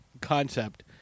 concept